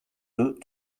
deux